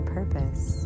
purpose